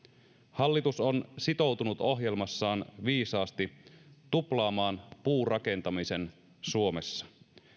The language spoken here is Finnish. hallitus on sitoutunut ohjelmassaan viisaasti tuplaamaan puurakentamisen suomessa